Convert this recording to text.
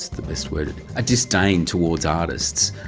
the best word? a disdain towards artists.